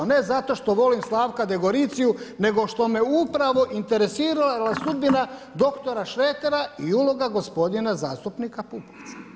Ne zato što volim Slavka Degoriciju nego što me upravo interesirala sudbina dr. Šretera i uloga gospodina zastupnika Pupovca.